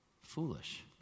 foolish